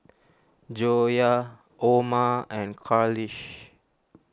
Joyah Omar and Khalish